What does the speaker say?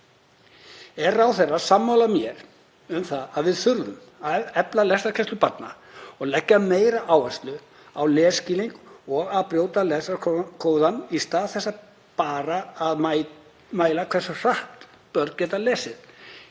Er ráðherra sammála mér um að við þurfum að efla lestrarkennslu barna og leggja meiri áherslu á lesskilning og að brjóta lestrarkóðann í stað þess að mæla bara hversu hratt börn geta lesið?